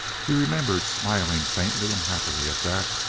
he remembered smiling faintly and happily at that.